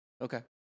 Okay